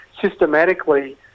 systematically